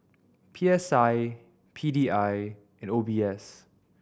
P S I P D I and O B S